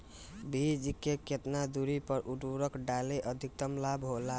बीज के केतना दूरी पर उर्वरक डाले से अधिक लाभ होला?